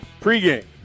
pregame